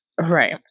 Right